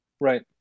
Right